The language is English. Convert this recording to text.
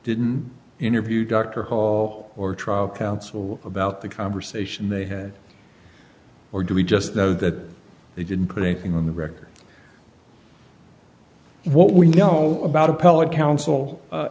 didn't interview dr hall or a trial counsel about the conversation they had or do we just know that they didn't put anything on the record what we know about appellate counsel